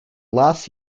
last